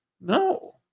No